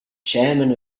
chairman